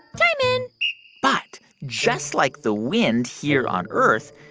time in but just like the wind here on earth,